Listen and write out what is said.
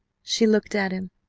she looked at him,